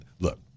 look